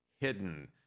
hidden